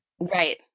Right